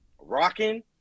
rocking